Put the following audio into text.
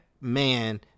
man